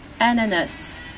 Ananas